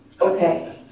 Okay